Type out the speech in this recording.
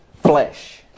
flesh